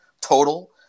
total